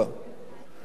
בשנת 2011,